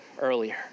earlier